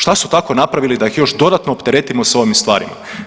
Šta su tako napravili da ih još dodatno opteretimo s ovim stvarima?